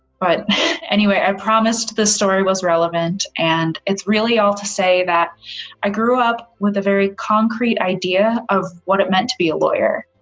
but anyway, i promised this story was relevant, and it's really all to say that i grew up with a very concrete idea of what it meant to be a lawyer,